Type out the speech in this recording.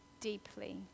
deeply